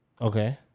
Okay